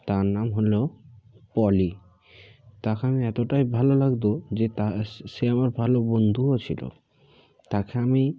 তার নাম হলো পলি তাকে আমি এতোটাই ভালো লাগত যে তা স সে আমার ভালো বন্ধুও ছিলো তাকে আমি